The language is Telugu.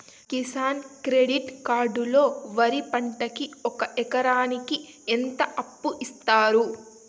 కిసాన్ క్రెడిట్ కార్డు లో వరి పంటకి ఒక ఎకరాకి ఎంత అప్పు ఇస్తారు?